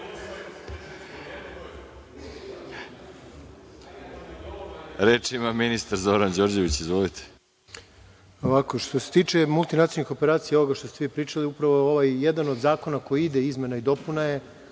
ima ministar Zoran Đorđević. Izvolite.